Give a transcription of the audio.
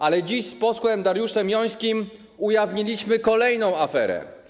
Ale dziś z posłem Dariuszem Jońskim ujawniliśmy kolejną aferę.